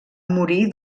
morir